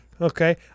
Okay